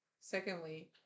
Secondly